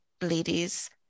ladies